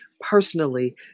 personally